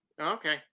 Okay